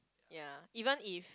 ya even if